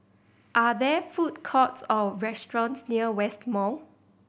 are there food courts or restaurants near West Mall